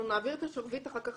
אנחנו נעביר את השרביט אחר כך,